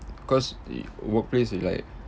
cause y~ workplace is like